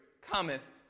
cometh